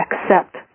accept